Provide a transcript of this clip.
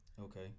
Okay